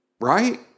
right